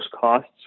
costs